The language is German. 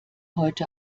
heute